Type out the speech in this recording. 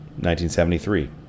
1973